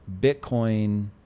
Bitcoin